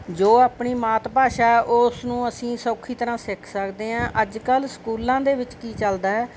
ਜੋ ਆਪਣੀ ਮਾਤ ਭਾਸ਼ਾ ਉਸ ਨੂੰ ਅਸੀਂ ਸੌਖੀ ਤਰ੍ਹਾਂ ਸਿੱਖ ਸਕਦੇ ਹਾਂ ਅੱਜ ਕੱਲ੍ਹ ਸਕੂਲਾਂ ਦੇ ਵਿੱਚ ਕੀ ਚੱਲਦਾ ਹੈ